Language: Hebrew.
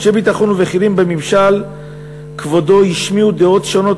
אנשי ביטחון ובכירים בממשל כבודו השמיעו דעות שונות